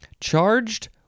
Charged